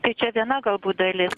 tai čia viena galbūt dalis